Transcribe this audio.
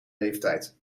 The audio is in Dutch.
leeftijd